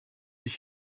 ich